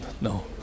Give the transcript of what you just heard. no